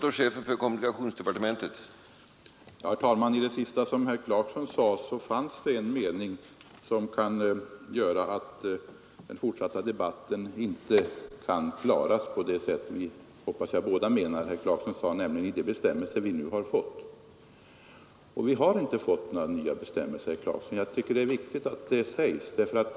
Herr talman! I det sista som herr Clarkson sade fanns det en passus som kan göra att den fortsatta debatten inte kan föras på det sätt som jag hoppas att vi båda avser. Herr Clarkson talade nämligen om ”den bestämmelse som vi har fått”. Men vi har inte fått några nya bestämmelser, herr Clarkson — jag tycker det är viktigt att detta sägs.